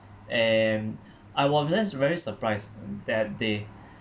and I was just very surprised that they